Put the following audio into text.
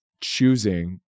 choosing